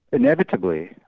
inevitably,